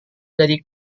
dari